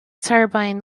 turbine